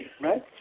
Right